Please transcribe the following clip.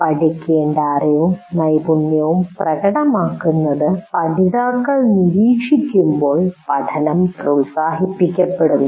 പഠിക്കേണ്ട അറിവും നൈപുണ്യവും പ്രകടമാക്കുന്നത് പഠിതാക്കൾ നിരീക്ഷിക്കുമ്പോൾ പഠനം പ്രോത്സാഹിപ്പിക്കപ്പെടുന്നു